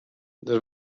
der